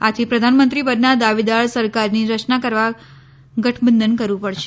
આથી પ્રધાનમંત્રી પદનાં દાવેદાર સરકારની રચના કરવા ગઠબંધન કરવું પડશે